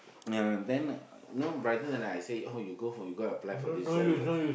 ya then know brighter then I I say oh you go for you go apply for this job you go